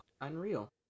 unreal